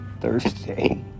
Thursday